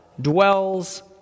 dwells